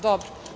Dobro.